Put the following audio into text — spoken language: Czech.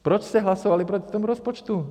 Proč jste hlasovali proti tomu rozpočtu?